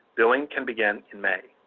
billing can begin in may.